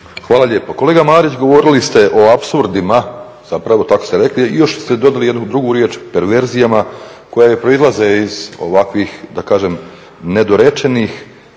Hvala lijepo. Kolega Marić govorili ste o apsurdima, tako ste rekli i još ste dodali jednu drugu riječ perverzijama koje proizlaze iz ovakvi nedorečenih